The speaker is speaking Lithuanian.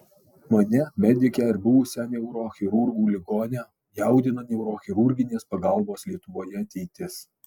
mane medikę ir buvusią neurochirurgų ligonę jaudina neurochirurginės pagalbos lietuvoje ateitis